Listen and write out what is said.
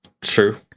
true